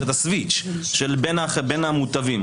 את הסוויץ' בין המוטבים.